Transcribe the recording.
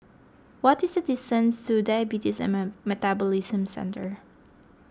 what is the distance to Diabetes and Metabolism Centre